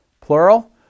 plural